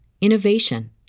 innovation